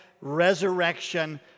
resurrection